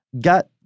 got